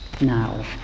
now